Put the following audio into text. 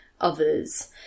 others